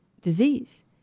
disease